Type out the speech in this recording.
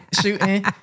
shooting